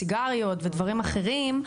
סיגריות ודברים אחרים?